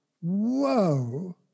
whoa